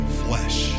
flesh